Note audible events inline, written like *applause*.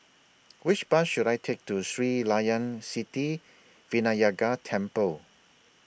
*noise* Which Bus should I Take to Sri Layan Sithi Vinayagar Temple